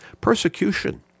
Persecution